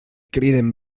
criden